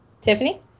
Tiffany